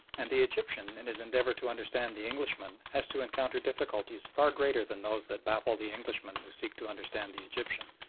and the egyptian, in his endeavour to understand the englishman, has to encounter difficulties far greater than those that baffle the englishman who seeks to understand the egyptian.